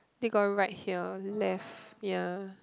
they got write here left ya